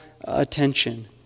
attention